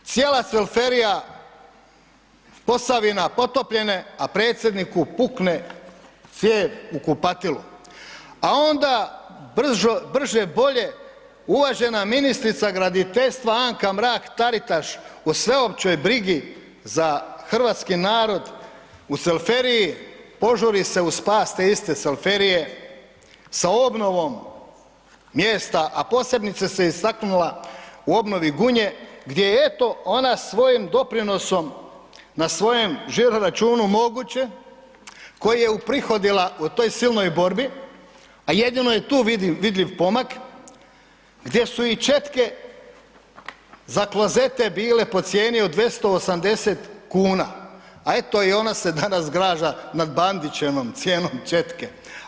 Cijela Cvelferija Posavina potopljene, a predsjedniku pukne cijev u kupatilu, a onda brže-bolje uvažena ministrica graditeljstva Anka Mrak Taritaš o sveopćoj brizi za hrvatski narod u Cvelferiji požuri se u spas te iste Cvelferije sa obnovom mjesta, a posebice se istaknula u obnovi Gunje gdje je eto ona svojim doprinosom na svojem žiro-računu moguće koji je uprihodila u toj silnoj borbi, a jedino je tu vidljiv pomak gdje su i četke za klozete bile po cijeni od 280 kn, a eto i ona se danas zgraža nad bandićevom cijenom četke.